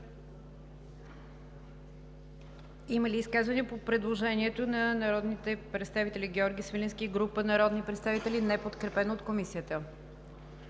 Има ли изказвания по предложението на народните представители Георги Свиленски и група народни представители, неподкрепено от Комисията?